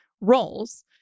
roles